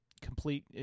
complete